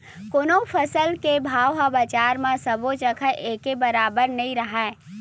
कोनो भी फसल के भाव ह बजार म सबो जघा एके बरोबर नइ राहय